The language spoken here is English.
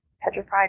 petrified